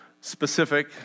specific